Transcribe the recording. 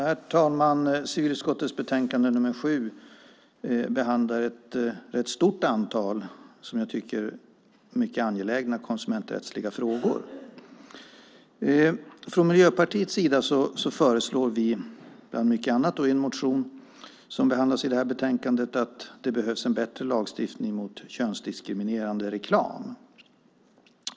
Herr talman! Civilutskottets betänkande nr 7 behandlar ett rätt stort antal mycket angelägna konsumenträttsliga frågor. Från Miljöpartiets sida föreslår vi bland mycket annat i en motion som behandlas i betänkandet att det behövs en bättre lagstiftning mot könsdiskriminerande reklam.